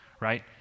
right